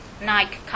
Nike